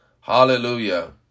Hallelujah